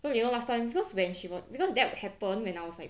so you know last time because when she was because that happen when I was like